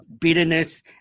bitterness